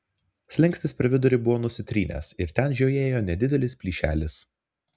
slenkstis per vidurį buvo nusitrynęs ir ten žiojėjo nedidelis plyšelis